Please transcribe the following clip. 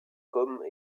comme